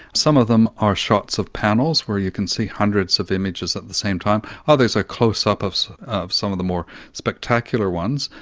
some of them are shots of panels where you can see hundreds of images at the same time, others are close-ups of some of the more spectacular ones.